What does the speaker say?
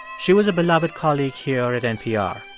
she was a beloved colleague here at npr.